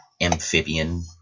amphibian